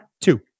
Two